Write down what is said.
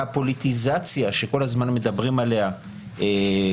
הפוליטיזציה שכל הזמן מדברים עליה כאילו